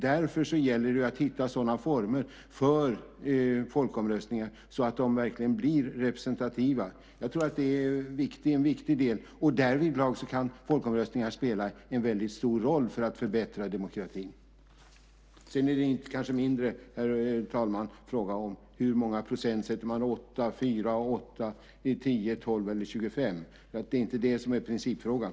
Därför gäller det att hitta sådana former för folkomröstningar att de verkligen blir representativa. Jag tror att det är en viktig del. Därvidlag kan folkomröstningar spela en väldigt stor roll för att förbättra demokratin. Sedan är det kanske, herr talman, mindre en fråga om hur många procent man sätter - om det är 4, 8, 10, 12 eller 25 %. Det är inte det som är principfrågan.